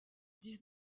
dix